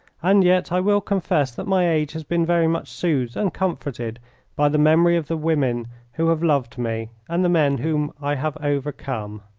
and yet i will confess that my age has been very much soothed and comforted by the memory of the women who have loved me and the men whom i have overcome.